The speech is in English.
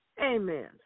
Amen